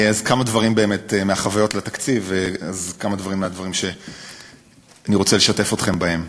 כמה דברים מחוויות התקציב שאני רוצה לשתף אתכם בהן.